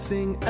Sing